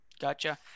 Gotcha